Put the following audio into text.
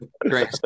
great